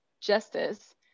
justice